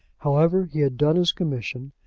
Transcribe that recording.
however, he had done his commission,